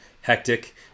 hectic